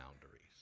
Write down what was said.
boundaries